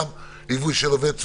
ליווי של עובד סוציאלי,